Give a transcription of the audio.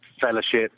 fellowship